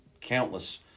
countless